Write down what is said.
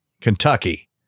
Kentucky